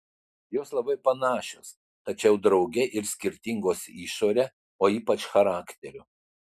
jos labai panašios tačiau drauge ir skirtingos išore o ypač charakteriu